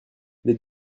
les